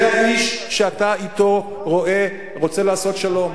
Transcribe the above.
זה האיש שאתו אתה רוצה לעשות שלום,